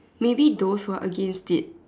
maybe those who are against it